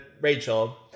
Rachel